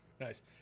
Nice